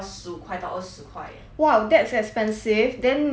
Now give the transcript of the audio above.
!wow! that's expensive then 你有 then 你有买吗